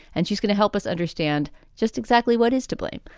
and she's going to help us understand just exactly what is to blame.